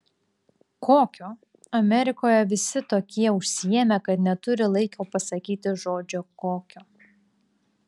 kokio amerikoje visi tokie užsiėmę kad neturi laiko pasakyti žodžio kokio